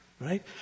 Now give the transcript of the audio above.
Right